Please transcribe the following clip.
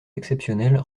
exceptionnelles